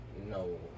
No